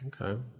Okay